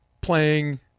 Playing